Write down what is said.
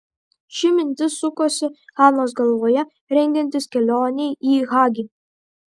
ši mintis sukosi hanos galvoje rengiantis kelionei į hagi